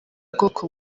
bwoko